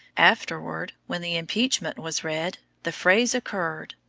afterward, when the impeachment was read, the phrase occurred,